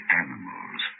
animals